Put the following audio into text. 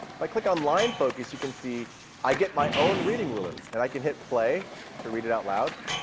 like click on line focus, you can see i get my own reading ruler. and i can hit play to read it out loud.